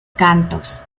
cantos